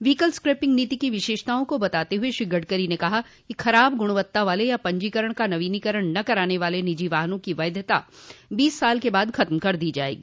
vehicle scrapping नीति की विशेषताओं को बताते हुए श्री गड़करी ने कहा कि खराब गुणवत्ता वाले या पंजीकरण का नवीनीकरण न कराने वाले निजी वाहनों की वैधता बीस साल के बाद खत्म कर दी जाएगी